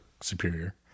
superior